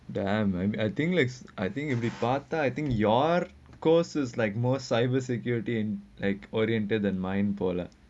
damn I'm I think like I think if the P_A_T_A I think your courses like more cyber security in like oriented than mine for lah